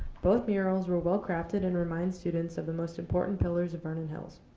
both murals were well crafted and remind students of the most important pillars of vernon hills.